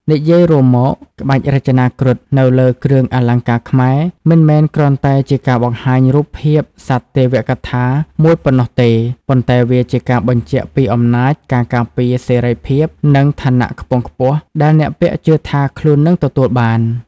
និយាយរួមមក ក្បាច់រចនាគ្រុឌនៅលើគ្រឿងអលង្ការខ្មែរ មិនមែនគ្រាន់តែជាការបង្ហាញរូបភាពសត្វទេវកថាមួយប៉ុណ្ណោះទេ ប៉ុន្តែវាជាការបញ្ជាក់ពី អំណាច ការការពារ សេរីភាព និង ឋានៈខ្ពង់ខ្ពស់ ដែលអ្នកពាក់ជឿថាខ្លួននឹងទទួលបាន។